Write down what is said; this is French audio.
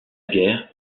guerre